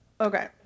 okay